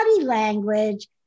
language